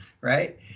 right